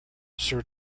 sir